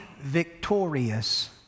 victorious